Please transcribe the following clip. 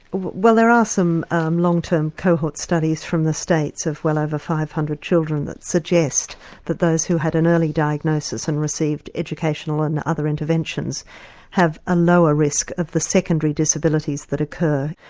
well there are some um long term cohort studies from the states of well over five hundred children that suggest that those who had an early diagnosis and received educational and other interventions have a lower risk of the secondary disabilities that occur.